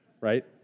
right